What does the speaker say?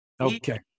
Okay